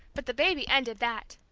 but the baby ended that.